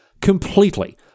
completely